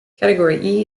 category